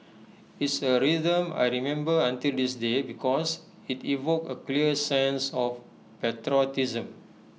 it's A rhythm I remember until this day because IT evoked A clear sense of patriotism